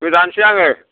गोदानोसै आङो